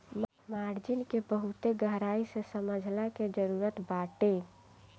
margin के बहुते गहराई से समझला के जरुरत बाटे